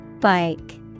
Bike